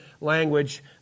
language